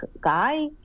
guy